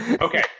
Okay